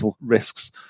risks